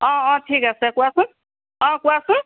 অঁ অঁ ঠিক আছে কোৱাচোন অঁ কোৱাচোন